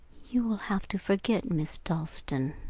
you will have to forget miss dalstan.